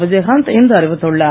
விஜயகாந்த் இன்று அறிவித்துள்ளார்